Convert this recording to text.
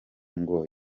ngo